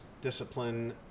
discipline